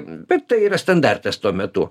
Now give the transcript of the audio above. bet tai yra standartas tuo metu